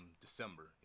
December